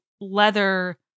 leather